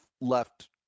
left